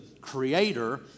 creator